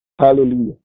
Hallelujah